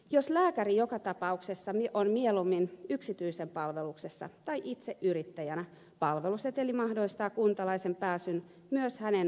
jos lääkäri joka tapauksessa on mieluummin yksityisen palveluksessa tai itse yrittäjänä palveluseteli mahdollistaa kuntalaisen pääsyn myös hänen vastaanotolleen